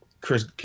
Chris